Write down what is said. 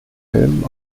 filmen